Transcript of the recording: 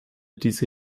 diese